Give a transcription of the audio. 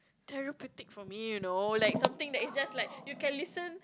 therapeutic for me you know like something that is just like you can listen